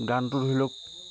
গানটো ধৰি লওক